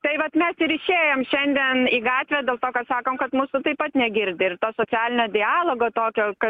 tai vat mes ir išėjom šiandien į gatvę dėl to kad sakom kad mūsų taip pat negirdi ir to socialinio dialogo tokio kad